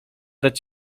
dać